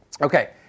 Okay